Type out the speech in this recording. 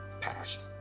passion